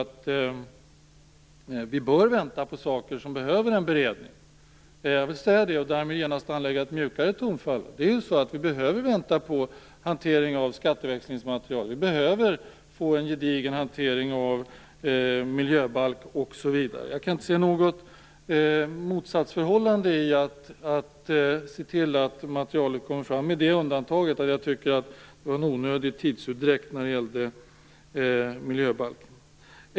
Vi bör vänta på saker som behöver en beredning. Jag vill därmed genast anlägga ett mjukare tonfall. Vi behöver vänta på hantering av skatteväxlingsmaterial. Vi behöver få en gedigen hantering av en miljöbalk osv. Jag kan inte se något motsatsförhållande i att man ser till att materialet kommer fram, med undantaget att det var en onödigt tidsutdräkt i fråga om miljöbalken.